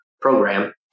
program